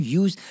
use